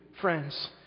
friends